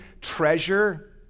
Treasure